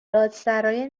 دادسرای